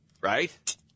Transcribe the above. right